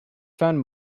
found